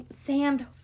sand